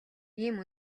ийм